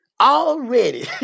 Already